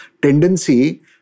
tendency